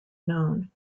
known